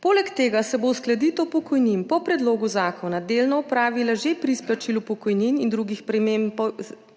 Poleg tega se bo uskladitev pokojnin po predlogu zakona delno opravila že pri izplačilu pokojnin in drugih prejemkov